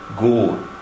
Go